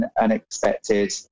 unexpected